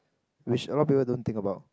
which a lot of people don't think about